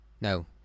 No